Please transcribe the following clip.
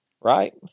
right